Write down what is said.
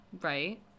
Right